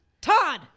Todd